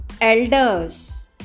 elders